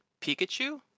Pikachu